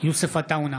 יוסף עטאונה,